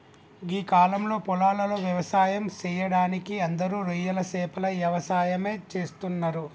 గీ కాలంలో పొలాలలో వ్యవసాయం సెయ్యడానికి అందరూ రొయ్యలు సేపల యవసాయమే చేస్తున్నరు